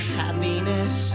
happiness